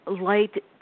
light